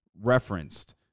referenced